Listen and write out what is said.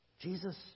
Jesus